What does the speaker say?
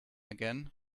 again